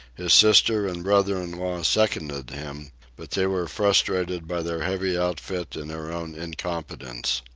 his sister and brother-in-law seconded him but they were frustrated by their heavy outfit and their own incompetence.